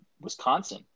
Wisconsin